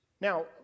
Now